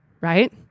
right